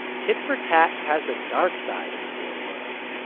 tit for tat has a dark side in the real world.